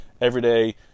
everyday